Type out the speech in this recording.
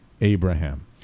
Abraham